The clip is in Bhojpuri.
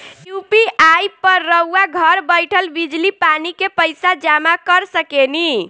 यु.पी.आई पर रउआ घर बईठल बिजली, पानी के पइसा जामा कर सकेनी